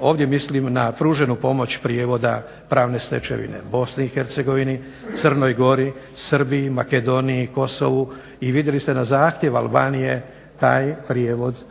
Ovdje mislim na pruženu pomoć prijevoda pravne stečevine BiH, Crnoj Gori, Srbiji, Makedoniji, Kosovu i vidjeli ste na zahtjev Albanije taj prijevod